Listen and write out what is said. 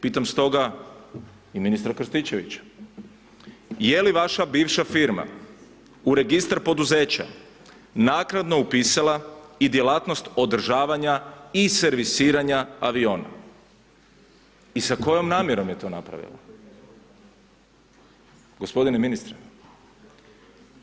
Pitam stoga i ministra Krstičevića, je li vaša bivša firma u registar poduzeća naknadno upisala i djelatnost održavanja i servisiranja aviona i sa kojom namjerom je to napravila, gospodine ministre?